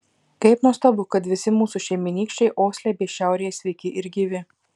kaip nuostabu kad visi mūsų šeimynykščiai osle bei šiaurėje sveiki ir gyvi